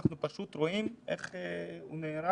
אנחנו פשוט רואים איך הוא נהרס